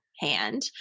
Hand